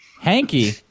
Hanky